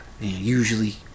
usually